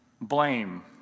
blame